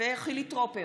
חילי טרופר,